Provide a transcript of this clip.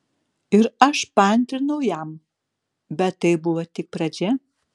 ir aš paantrinau jam bet tai buvo tik pradžia